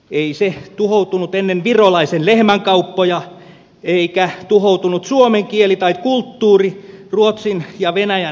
ei se tuhoutunut ennen virolaisen lehmänkauppoja eikä tuhoutunut suomen kieli tai kulttuuri ruotsin ja venäjän vallan aikoina